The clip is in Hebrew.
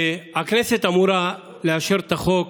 הכנסת אמורה לאשר את החוק